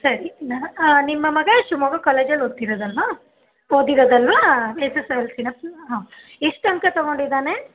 ಸರಿ ನ ನಿಮ್ಮ ಮಗ ಶಿವಮೊಗ್ಗ ಕಾಲೇಜಲ್ಲಿ ಓದ್ತಿರೋದಲ್ಲವಾ ಓದಿರೋದಲ್ಲವಾ ಎಸ್ ಎಸ್ ಎಲ್ ಸಿನ ಹ್ಞೂ ಹಾಂ ಎಷ್ಟು ಅಂಕ ತಗೊಂಡಿದ್ದಾನೆ